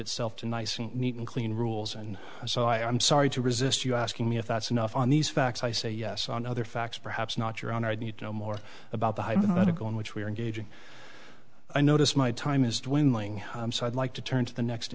itself to nice neat and clean rules and so i am sorry to resist you asking me if that's enough on these facts i say yes on other facts perhaps not your own i'd need to know more about the hypothetical in which we are engaging i notice my time is dwindling so i'd like to turn to the next